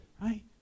right